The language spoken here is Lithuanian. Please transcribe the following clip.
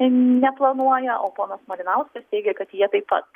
neplanuoja o ponas malinauskas teigia kad jie taip pat